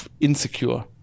insecure